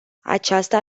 aceasta